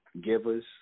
givers